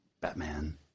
Batman